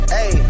Hey